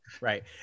Right